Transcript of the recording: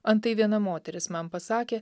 antai viena moteris man pasakė